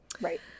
right